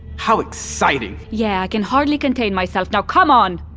how exciting! yeah, i can hardly contain myself. now come on!